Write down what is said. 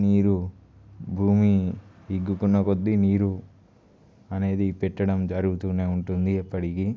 నీరు భూమి ఇగ్గుకున్న కొద్ది నీరు అనేది పెట్టడం జరుగుతూనే ఉంటుంది ఎప్పటికీ